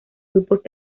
grupos